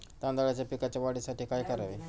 तांदळाच्या पिकाच्या वाढीसाठी काय करावे?